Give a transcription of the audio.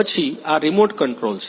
પછી આ remote control છે